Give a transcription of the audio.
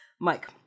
Mike